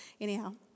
Anyhow